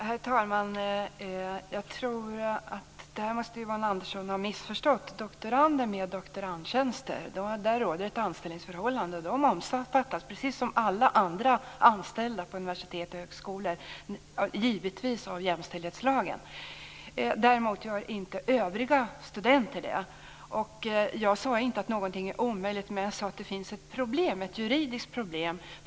Herr talman! Jag tror att Yvonne Andersson måste ha missförstått detta. I fråga om doktorander med doktorandtjänster så råder ett anställningsförhållande. De omfattas, precis som alla andra vid universitet och högskolor, givetvis av jämställdhetslagen. Däremot gör inte övriga studenter det. Jag sade inte att någonting är omöjligt - jag sade att det finns ett juridiskt problem.